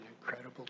incredible